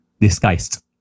disguised